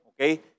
Okay